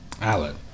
Alan